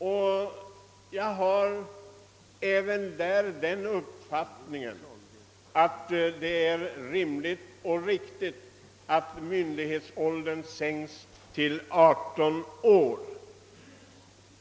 Jag har även i fråga om myndighetsåldern den uppfattningen, att det är rimligt och riktigt att den sänks till 18 år.